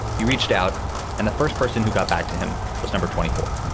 he reached out and the first person who got back to him was number twenty four.